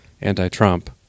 anti-Trump